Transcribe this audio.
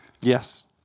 Yes